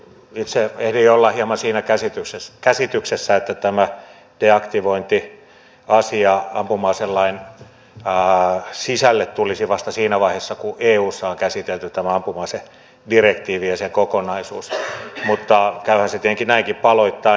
itse ehdin jo olla hieman siinä käsityksessä että tämä deaktivointiasia ampuma aselain sisälle tulisi vasta siinä vaiheessa kun eussa on käsitelty tämä ampuma asedirektiivi ja se kokonaisuus mutta käyhän se tietenkin näinkin paloittain